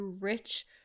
rich